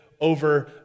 over